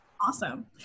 Awesome